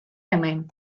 hemen